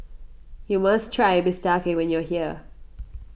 you must try Bistake when you are here